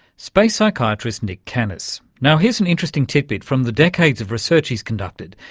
space psychiatrist nick kanas. now, here's an interesting tit-bit from the decades of research he's conducted.